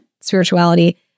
spirituality